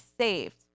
saved